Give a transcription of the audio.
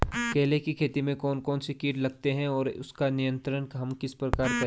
केले की खेती में कौन कौन से कीट लगते हैं और उसका नियंत्रण हम किस प्रकार करें?